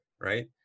right